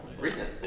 recent